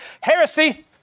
heresy